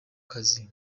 kazi